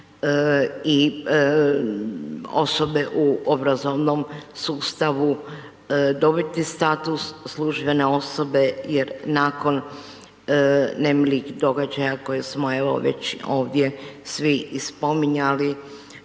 i osobe u obrazovnom sustavu dobiti status službene osobe jer nakon nemilih događaja koje smo evo već ovdje svi i spominjali,